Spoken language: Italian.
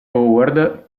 howard